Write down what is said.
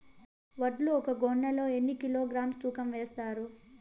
వడ్లు ఒక గోనె లో ఎన్ని కిలోగ్రామ్స్ తూకం వేస్తారు?